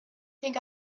think